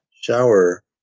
shower